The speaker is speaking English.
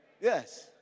Yes